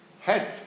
head